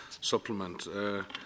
supplement